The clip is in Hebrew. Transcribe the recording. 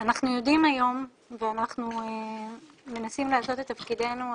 אנחנו יודעים היום ואנחנו מנסים לעשות את תפקידנו,